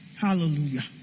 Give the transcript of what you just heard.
Hallelujah